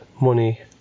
money